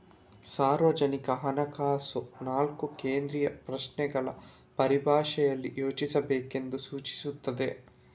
ಸಾರ್ವಜನಿಕ ಹಣಕಾಸು ನಾಲ್ಕು ಕೇಂದ್ರೀಯ ಪ್ರಶ್ನೆಗಳ ಪರಿಭಾಷೆಯಲ್ಲಿ ಯೋಚಿಸಬೇಕೆಂದು ಸೂಚಿಸುತ್ತದೆ